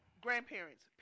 grandparents